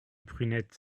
prunette